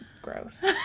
Gross